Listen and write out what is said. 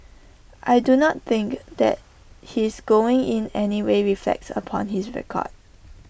I do not think that his going in anyway reflects upon his record